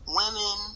women